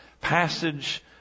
passage